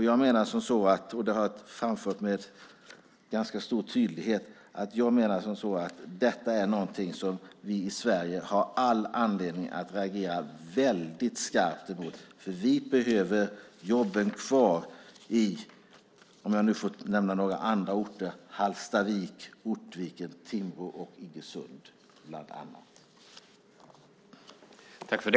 Jag har med tydlighet framfört att detta är någonting som vi i Sverige har all anledning att reagera skarpt mot. Vi behöver ha jobben kvar i - om jag får nämna andra orter - Hallstavik, Ortviken, Timrå och Iggesund.